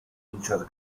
richard